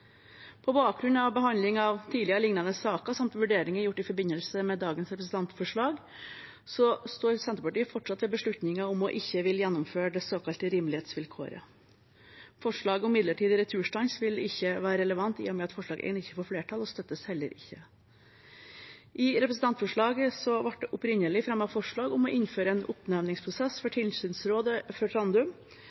På bakgrunn av behandling av tidligere lignende saker samt vurderinger gjort i forbindelse med dagens representantforslag, står Senterpartiet fortsatt ved beslutningen om ikke å ville gjeninnføre det såkalte rimelighetsvilkåret. Forslaget om midlertidig returstans vil ikke være relevant i og med at forslag nr. 1 ikke får flertall, og støttes heller ikke. I representantforslaget ble det opprinnelig fremmet forslag om å innføre en oppnevningsprosess for Tilsynsrådet for Trandum,